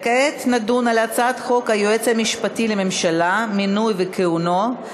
כעת נדון על הצעת חוק היועץ המשפטי לממשלה (מינוי וכהונה),